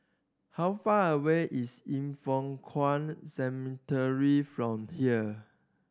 how far away is Yin Foh Kuan Cemetery from here